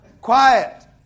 Quiet